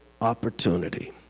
opportunity